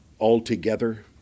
altogether